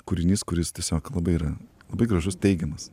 kūrinys kuris tiesiog labai yra labai gražus teigiamas